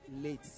late